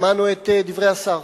שמענו את דברי השר,